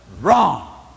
wrong